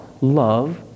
love